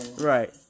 Right